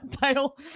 title